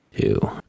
two